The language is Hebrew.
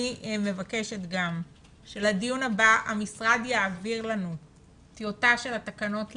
אני מבקשת שלדיון הבא המשרד יעביר לנו טיוטה של התקנות לדיון.